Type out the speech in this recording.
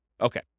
Okay